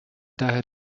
daher